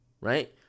right